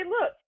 look